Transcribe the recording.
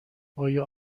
آیا